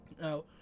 Now